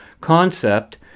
concept